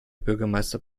bürgermeister